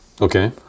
Okay